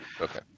Okay